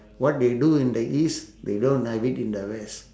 what they do in the east they don't have it in the west